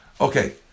Okay